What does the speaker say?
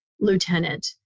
lieutenant